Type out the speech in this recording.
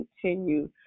continue